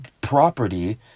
property